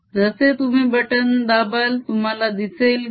जसे तुम्ही बटन दाबाल तुम्हाला दिसेल की